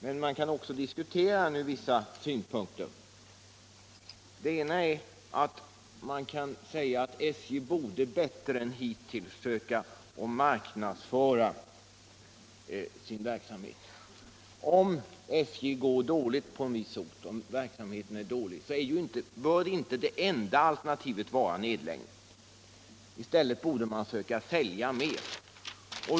Men man kan också diskutera den från vissa synpunkter. Den ena är att SJ bättre än hittills borde försöka marknadsföra sin verksamhet. Om SJ:s verksamhet går dåligt på en viss ort, bör inte det enda alternativet vara nedläggning. I stället borde man försöka sälja mer.